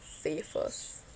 say first